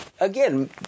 again